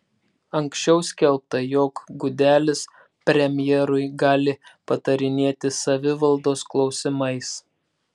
anksčiau skelbta jog gudelis premjerui gali patarinėti savivaldos klausimais